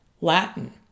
Latin